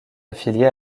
affiliée